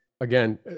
Again